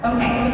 Okay